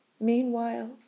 Meanwhile